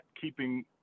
keeping